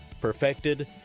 perfected